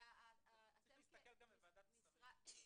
צריך להסתכל גם בוועדת השרים.